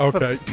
Okay